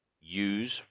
use